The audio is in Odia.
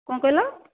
କ'ଣ କହିଲ